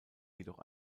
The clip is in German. jedoch